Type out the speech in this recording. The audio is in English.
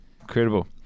Incredible